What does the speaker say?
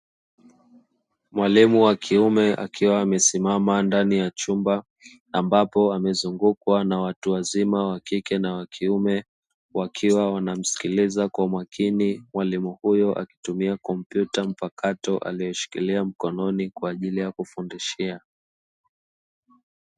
Mwalimu wa kiume akiwa amesimama ndani ya chumba, ambapo amezungukwa na watu wazima wakike na wakiume, wakiwa wanamsikiliza kwa makini, mwalimu huyo akitumia kompyuta mpakato aliyoishikilia mkononi kwa ajili ya kufundishia.